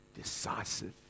decisive